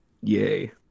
yay